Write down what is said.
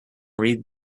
read